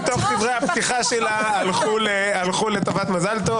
דקה מדברי הפתיחה שלך הלכו לטובת מזל טוב.